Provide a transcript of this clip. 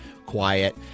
quiet